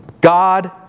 God